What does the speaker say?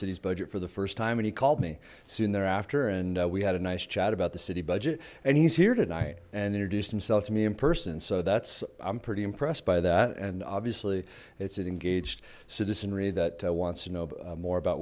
city's budget for the first time and he called me soon thereafter and we had a nice chat about the city budget and he's here tonight and introduced himself to me in person so that's i'm pretty impressed by that and obviously it's an engaged citizenry that wants to know more about